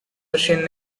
russian